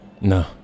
No